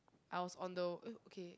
I was on the eh okay